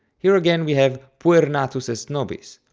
here again we have puer natus est nobis.